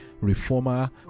reformer